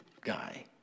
guy